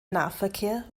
nahverkehr